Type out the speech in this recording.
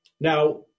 Now